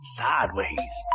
sideways